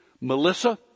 Melissa